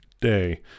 day